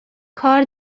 کار